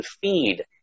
feed